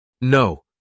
No